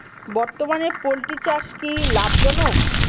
বর্তমানে পোলট্রি চাষ কি লাভজনক?